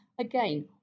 Again